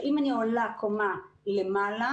אם אני עולה קומה למעלה,